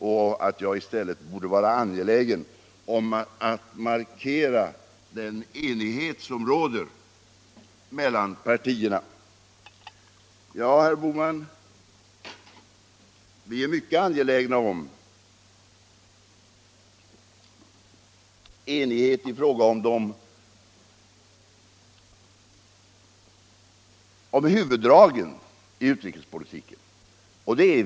Han menade att jag i stället borde vara angelägen om att markera den enighet som råder mellan partierna. Ja, herr Bohman, vi är mycket angelägna om enighet kring huvuddragen i utrikespolitiken.